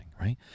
right